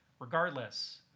Regardless